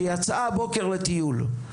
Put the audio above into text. שיצאה הבוקר לטיול?